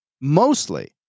mostly